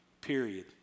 period